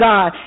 God